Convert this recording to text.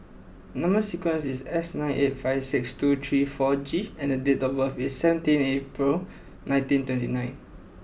number sequence is S nine eight five six two three four G and the date of birth is seventeen April nineteen twenty nine